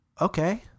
Okay